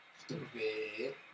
stupid